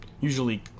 usually